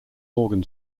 organ